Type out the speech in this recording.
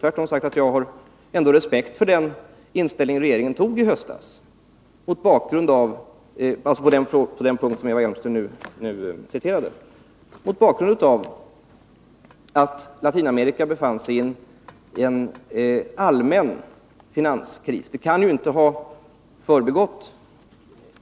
Tvärtom har jag sagt att jag har respekt för den ställning som regeringen tog i höstas eftersom Latinamerika befann sig i en allmän finanskris. Det kan inte ha förbigått